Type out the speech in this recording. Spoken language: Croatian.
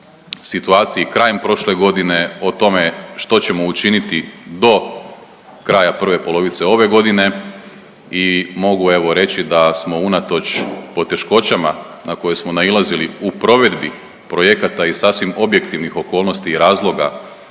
situaciji krajem prošle godine o tome što ćemo učiniti do kraja prve polovice ove godine i mogu evo reći da smo unatoč poteškoćama na koje smo nailazili u provedbi projekata i sasvim objektivnih okolnosti i razloga,